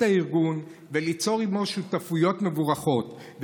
הארגון וליצור עימו שותפויות מבורכות.